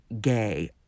gay